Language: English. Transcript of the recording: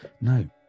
no